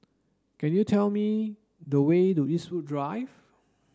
can you tell me the way to Eastwood Drive